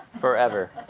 Forever